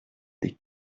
des